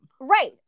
Right